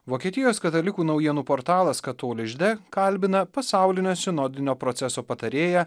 vokietijos katalikų naujienų portalas katholisch de kalbina pasaulinio sinodinio proceso patarėją